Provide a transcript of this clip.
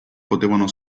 potevano